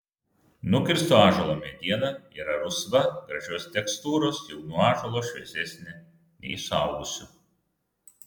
nukirsto ąžuolo mediena yra rusva gražios tekstūros jaunų ąžuolų šviesesnė nei suaugusių